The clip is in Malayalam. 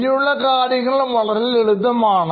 ഇനിയുള്ള കാര്യങ്ങൾ വളരെ ലളിതമാണ്